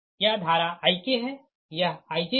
यह धारा Ik है यह Ij है